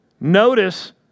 Notice